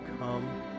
come